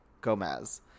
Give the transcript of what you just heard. Gomez